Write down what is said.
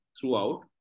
throughout